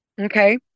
Okay